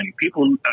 People